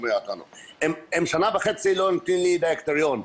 הם שנה וחצי לא נותנים לי דירקטוריון.